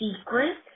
secret